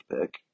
pick